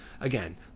again